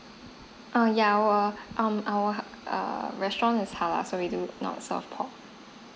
err yeah our um our err restaurant is halal so we do not serve pork